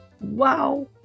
Wow